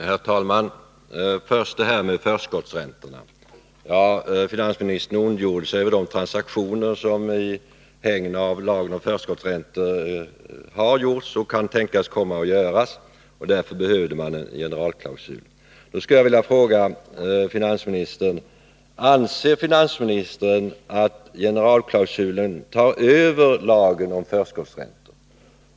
Herr talman! Först det här med förskottsräntorna. Finansministern ondgjorde sig över de transaktioner som i hägn av lagen om förskottsräntor har gjorts och kan tänkas komma att göras. För dem behövdes det en generalklausul. Då vill jag fråga finansministern: Anser finansministern att generalklausulen tar över lagen om förskottsräntor?